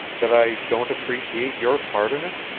that i don't appreciate your part in it?